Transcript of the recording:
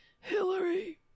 Hillary